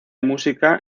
música